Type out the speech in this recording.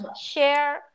share